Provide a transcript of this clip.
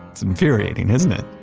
it's infuriating, isn't it?